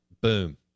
boom